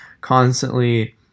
constantly